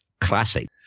classic